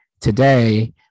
today